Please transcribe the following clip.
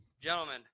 Gentlemen